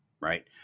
right